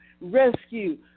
rescue